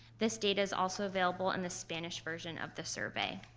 this data is also available in the spanish version of the survey.